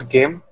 Game